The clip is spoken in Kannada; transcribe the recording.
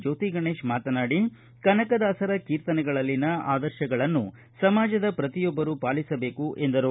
ಜ್ಜೋತಿಗಣೇಶ್ ಮಾತನಾಡಿ ಕನಕದಾಸರ ಕೀರ್ತನೆಗಳಲ್ಲಿನ ಆದರ್ಶಗಳನ್ನು ಸಮಾಜದ ಪ್ರತಿಯೊಬ್ಬರೂ ಪಾಲಿಸಬೇಕು ಎಂದರು